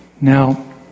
Now